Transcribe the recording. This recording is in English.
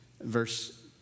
Verse